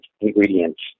ingredients